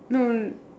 no